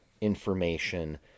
information